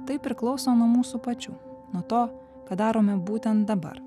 tai priklauso nuo mūsų pačių nuo to ką darome būtent dabar